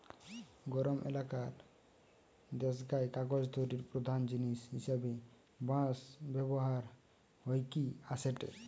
গরম এলাকার দেশগায় কাগজ তৈরির প্রধান জিনিস হিসাবে বাঁশ ব্যবহার হইকি আসেটে